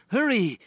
Hurry